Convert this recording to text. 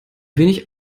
wenig